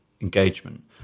engagement